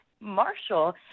Marshall